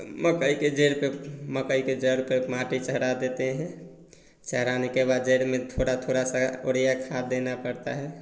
मकई के जड़ पर मकई के जड़ पर माटी चढ़ा देते हैं चढ़ाने के बाद जड़ में थोड़ा थोड़ा सा ऑडिया खाद देना पड़ता है